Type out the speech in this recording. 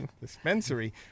Dispensary